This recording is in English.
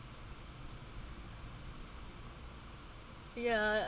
ya